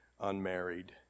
unmarried